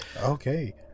Okay